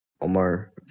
Omar